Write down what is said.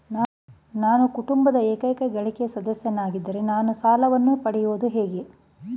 ನಾನು ಕುಟುಂಬದ ಏಕೈಕ ಗಳಿಕೆಯ ಸದಸ್ಯನಾಗಿದ್ದರೆ ನಾನು ಸಾಲವನ್ನು ಪಡೆಯಬಹುದೇ?